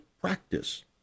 practice